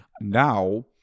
now